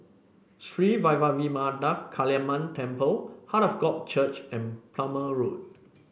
Sri Vairavimada Kaliamman Temple Heart of God Church and Plumer Road